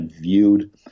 viewed